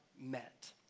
met